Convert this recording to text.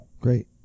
Great